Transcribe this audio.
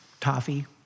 toffee